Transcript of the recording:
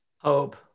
Hope